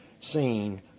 seen